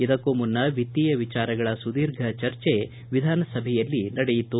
ಇದಕ್ಕೂ ಮುನ್ನ ವಿತ್ತೀಯ ವಿಚಾರಗಳ ಸುದೀರ್ಘ ಚರ್ಚೆ ವಿಧಾನಸಭೆಯಲ್ಲಿ ನಡೆಯಿತು